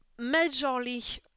majorly